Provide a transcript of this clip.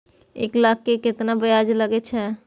एक लाख के केतना ब्याज लगे छै?